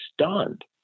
stunned